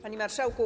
Panie Marszałku!